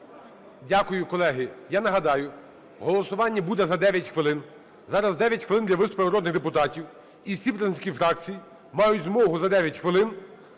Дякую, колеги. Я нагадаю, голосування буде за 9 хвилин. Зараз 9 хвилин для виступів народних депутатів. І всі представники фракцій мають змогу за 9 хвилин